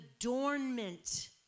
adornment